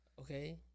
Okay